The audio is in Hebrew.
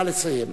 נא לסיים.